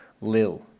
lil